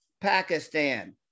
Pakistan